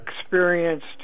experienced